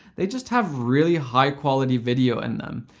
they just have really high-quality video in them.